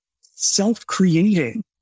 self-creating